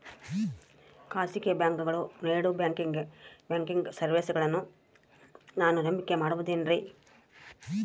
ಖಾಸಗಿ ಬ್ಯಾಂಕುಗಳು ನೇಡೋ ಬ್ಯಾಂಕಿಗ್ ಸರ್ವೇಸಗಳನ್ನು ನಾನು ನಂಬಿಕೆ ಮಾಡಬಹುದೇನ್ರಿ?